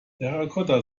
terracotta